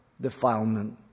defilement